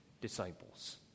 disciples